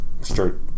start